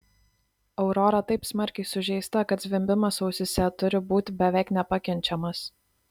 aurora taip smarkiai sužeista kad zvimbimas ausyse turi būti beveik nepakenčiamas